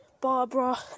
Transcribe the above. Barbara